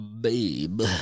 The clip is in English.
babe